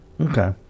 Okay